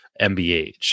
MBH